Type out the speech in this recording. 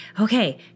okay